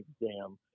exam